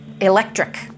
electric